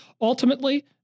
ultimately